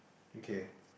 okay